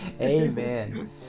Amen